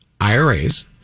IRAs